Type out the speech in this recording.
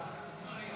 איסור